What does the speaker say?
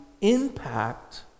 impact